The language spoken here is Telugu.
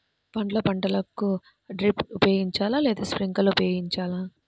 పండ్ల పంటలకు డ్రిప్ ఉపయోగించాలా లేదా స్ప్రింక్లర్ ఉపయోగించాలా?